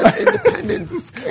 Independence